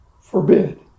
forbid